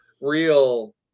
real